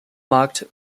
marked